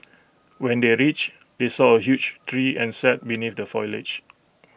when they are reached they saw A huge tree and sat beneath the foliage